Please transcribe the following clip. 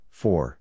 four